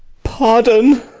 pardon!